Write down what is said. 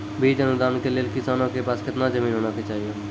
बीज अनुदान के लेल किसानों के पास केतना जमीन होना चहियों?